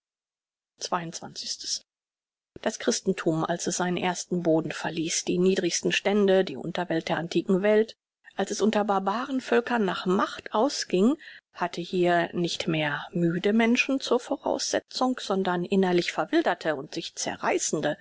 das christenthum als es seinen ersten boden verließ die niedrigsten stände die unterwelt der antiken welt als es unter barbaren völkern nach macht ausgieng hatte hier nicht mehr müde menschen zur voraussetzung sondern innerlich verwilderte und sich zerreißende